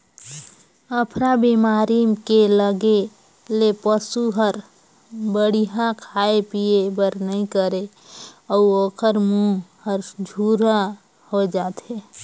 अफरा बेमारी के लगे ले पसू हर बड़िहा खाए पिए बर नइ करे अउ ओखर मूंह हर झूरा होय जाथे